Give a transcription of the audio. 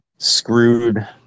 screwed